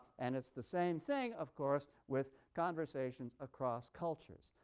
and it's the same thing, of course, with conversations across cultures.